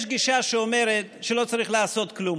יש גישה שאומרת שלא צריך לעשות כלום,